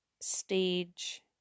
stage